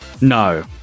no